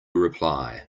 reply